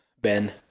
Ben